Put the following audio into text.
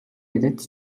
яриад